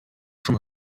from